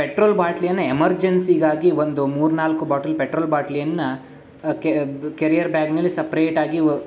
petrol ಬಾಟ್ಲಿಯನ್ನು ಎಮರ್ಜೆನ್ಸಿಗಾಗಿ ಒಂದು ಮೂರು ನಾಲ್ಕು ಬಾಟ್ಲ್ ಪೆಟ್ರೋಲ್ ಬಾಟ್ಲಿಯನ್ನು ಕೆಬ್ ಕೆರಿಯರ್ ಬ್ಯಾಗ್ನಲ್ಲಿ ಸೆಪ್ರೇಟಾಗಿ